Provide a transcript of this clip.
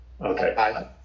okay